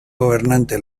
gobernante